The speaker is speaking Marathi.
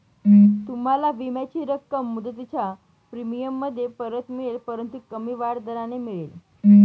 तुम्हाला विम्याची रक्कम मुदतीच्या प्रीमियममध्ये परत मिळेल परंतु कमी वाढ दराने मिळेल